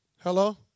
Hello